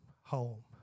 home